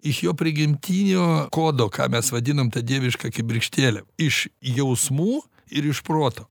iš jo prigimtinio kodo ką mes vadinam ta dieviška kibirkštėle iš jausmų ir iš proto